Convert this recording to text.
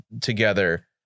together